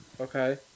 Okay